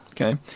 Okay